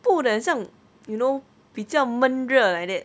布的很像 you know 比较闷热 like that